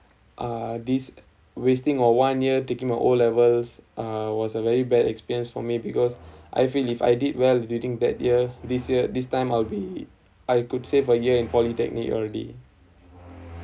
uh these wasting of one year taking my O levels uh was a very bad experience for me because I feel if I did well during that year this year this time I'll be I could save a year in polytechnic already